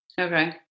Okay